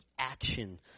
action